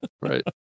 Right